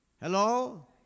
Hello